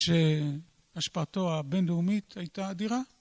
שהשפעתו הבינלאומית הייתה אדירה.